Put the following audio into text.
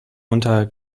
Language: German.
unter